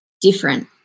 different